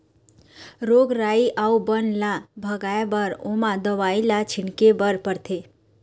रोग राई अउ बन ल भगाए बर ओमा दवई ल छिंचे बर परथे